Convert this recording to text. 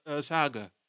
saga